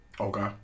Okay